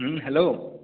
hello